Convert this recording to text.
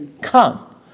come